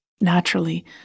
naturally